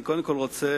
אני קודם כול רוצה